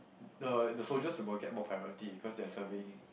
the the soldiers will get more priority cause they're serving